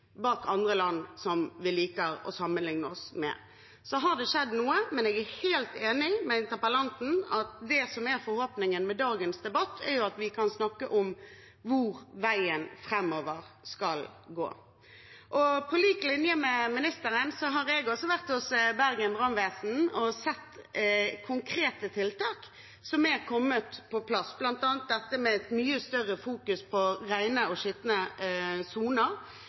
bak andre land som vi liker å sammenlikne oss med. Så har det skjedd noe, men jeg er helt enig med interpellanten i at det som er forhåpningen med dagens debatt, er at vi kan snakke om hvor veien framover skal gå. På lik linje med ministeren har også jeg vært hos Bergen brannvesen og sett konkrete tiltak som er kommet på plass, bl.a. dette med et mye større fokus på rene og skitne soner.